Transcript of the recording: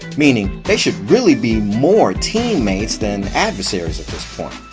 meaning they should really be more team mates than adversaries at this point.